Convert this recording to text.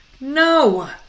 No